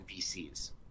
npcs